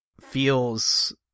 feels